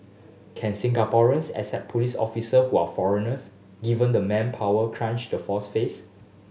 can Singaporeans accept police officer who are foreigners given the manpower crunch the force face